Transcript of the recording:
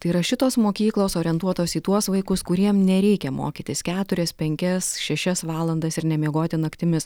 tai yra šitos mokyklos orientuotos į tuos vaikus kuriem nereikia mokytis keturias penkias šešias valandas ir nemiegoti naktimis